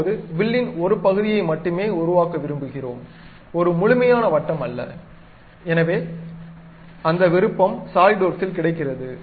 இப்போது வில்லின் ஒரு பகுதியை மட்டுமே உருவாக்க விரும்புகிறோம் ஒரு முழுமையான வட்டம் அல்ல எனவே அந்த விருப்பம் சாலிட்வொர்க்கில் கிடைக்கிறது